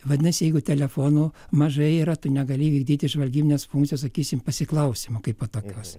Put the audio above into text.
vadinasi jeigu telefonų mažai yra tu negali vykdyti žvalgybinės funkcijos sakysim pasiklausymo kaipo tokios